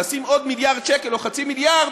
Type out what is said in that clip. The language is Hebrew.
לשים עוד מיליארד שקל או חצי מיליארד,